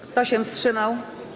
Kto się wstrzymał?